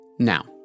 Now